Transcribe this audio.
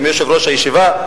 עם יושב-ראש הישיבה,